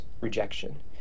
rejection